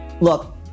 Look